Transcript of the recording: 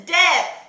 death